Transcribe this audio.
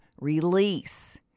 release